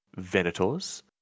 Venators